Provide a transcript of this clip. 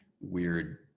weird